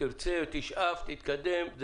תרצה, תשאף, תתקדם.